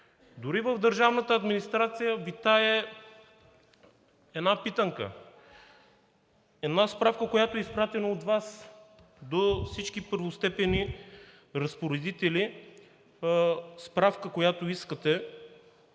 Дори в държавната администрация витае една питанка – една справка, която е изпратена от Вас до всички първостепенни разпоредители, справка, която искате,